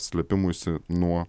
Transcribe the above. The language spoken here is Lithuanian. slėpimuisi nuo